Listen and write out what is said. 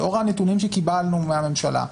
לאור הנתונים שקיבלנו מהממשלה,